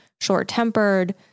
short-tempered